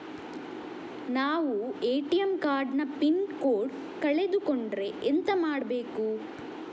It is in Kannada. ನಾವು ಎ.ಟಿ.ಎಂ ಕಾರ್ಡ್ ನ ಪಿನ್ ಕೋಡ್ ಕಳೆದು ಕೊಂಡ್ರೆ ಎಂತ ಮಾಡ್ಬೇಕು?